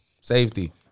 Safety